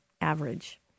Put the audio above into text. average